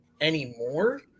anymore